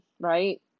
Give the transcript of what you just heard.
right